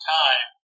time